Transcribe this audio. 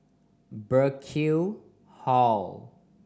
Burkill Hall